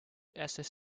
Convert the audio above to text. access